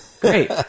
great